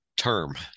term